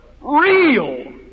Real